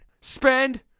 Spend